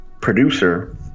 producer